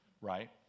Right